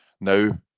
now